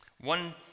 One